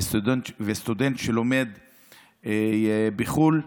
וסטודנט שלומד בחו"ל,